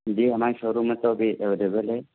جی ہمارے showroom میں تو ابھی اویلیبل ہے